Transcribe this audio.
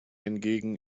hingegen